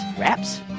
wraps